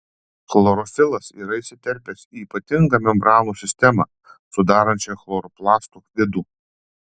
chlorofilas yra įsiterpęs į ypatingą membranų sistemą sudarančią chloroplastų vidų